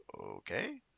okay